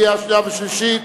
קריאה שנייה ושלישית.